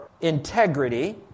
integrity